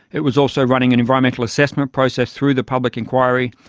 it was also running an environmental assessment process through the public inquiry,